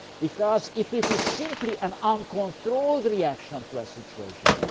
because if it is simply an uncontrolled reaction to a situation,